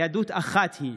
היהדות אחת היא,